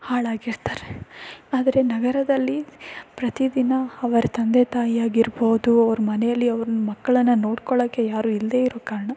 ಹಾಳಾಗಿರ್ತಾರೆ ಆದರೆ ನಗರದಲ್ಲಿ ಪ್ರತಿದಿನ ಅವರ ತಂದೆ ತಾಯಿಯಾಗಿರ್ಬೋದು ಅವ್ರ ಮನೇಲಿ ಅವ್ರ ಮಕ್ಕಳನ್ನು ನೋಡ್ಕೋಳೋಕ್ಕೆ ಯಾರೂ ಇಲ್ಲದೆ ಇರೋ ಕಾರಣ